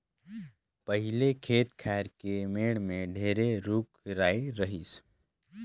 पहिले खेत खायर के मेड़ में ढेरे रूख राई रहिस